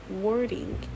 wording